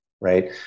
right